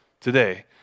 today